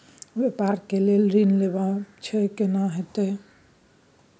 व्यापार के लेल ऋण लेबा छै केना होतै?